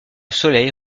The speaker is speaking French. soleil